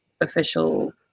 official